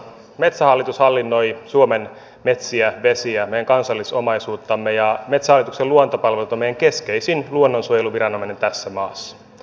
metsähallitus hallinnoi suomen metsiä vesiä meidän kansallisomaisuuttamme ja metsähallituksen luontopalvelut on meidän keskeisin luonnonsuojeluviranomainen tässä maassa